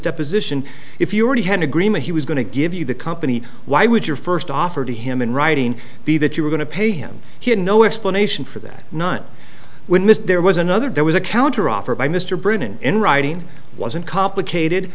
deposition if you already had agreement he was going to give you the company why would your first offer to him in writing be that you were going to pay him he had no explanation for that not when mr there was another there was a counteroffer by mr brennan in writing wasn't complicated